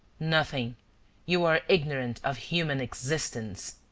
nothing you are ignorant of human existence.